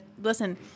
listen